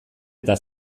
eta